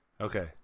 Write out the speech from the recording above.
okay